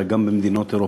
אלא גם במדינות אירופה,